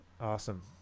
Awesome